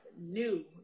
new